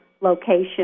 location